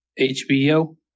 HBO